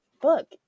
book